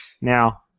Now